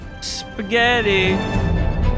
Spaghetti